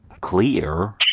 clear